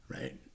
right